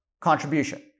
contribution